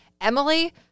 Emily